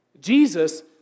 Jesus